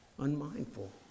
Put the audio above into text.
unmindful